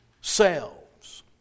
selves